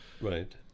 right